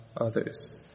others